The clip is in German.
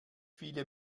viele